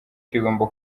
kigomba